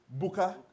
buka